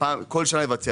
היא כל שנה צריך לבצע.